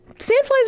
Sandflies